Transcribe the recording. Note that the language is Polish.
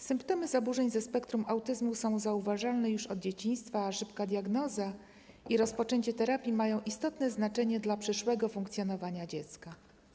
Symptomy zaburzeń ze spektrum autyzmu są zauważalne już od dzieciństwa, a szybka diagnoza i rozpoczęcie terapii mają istotne znaczenie dla przyszłego funkcjonowania dziecka.